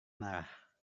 marah